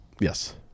Yes